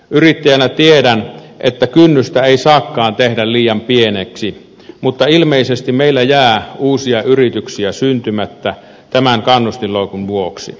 yrittäjänä tiedän että kynnystä ei saakaan tehdä liian pieneksi mutta ilmeisesti meillä jää uusia yrityksiä syntymättä tämän kannustinloukun vuoksi